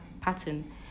pattern